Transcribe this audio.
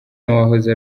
n’uwahoze